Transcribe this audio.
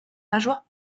nageoires